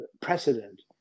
precedent